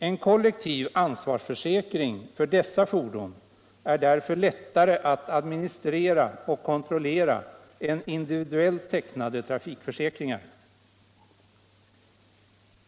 En kollektiv ansvarsförsäkring för dessa fordon är därför lättare att administrera och kontrollera än individuellt tecknade trafikförsäkringar.